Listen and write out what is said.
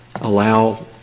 allow